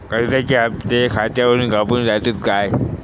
कर्जाचे हप्ते खातावरून कापून जातत काय?